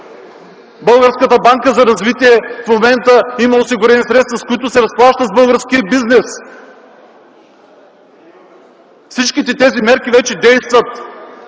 Българската банка за развитие в момента има осигурени средства, с които се разплаща с българския бизнес. Всички тези мерки вече действат